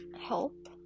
help